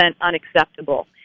unacceptable